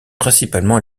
principalement